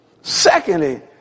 Secondly